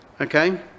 Okay